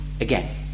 again